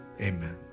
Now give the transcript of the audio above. Amen